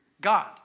God